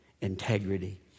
Integrity